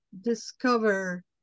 discover